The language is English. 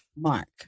Mark